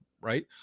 right